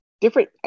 different